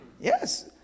yes